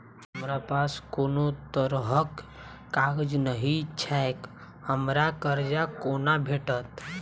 हमरा पास कोनो तरहक कागज नहि छैक हमरा कर्जा कोना भेटत?